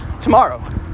tomorrow